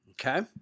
Okay